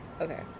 Okay